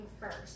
first